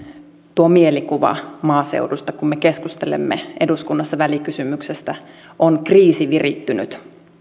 tuo mielikuva maaseudusta kun me keskustelemme eduskunnassa välikysymyksestä on kriisivirittynyt